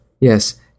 yes